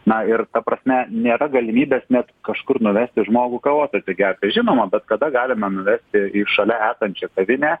na ir ta prasme nėra galimybės net kažkur nuvesti žmogų kavos atsigerti žinoma bet kada galime nuvesti į šalia esančią kavinę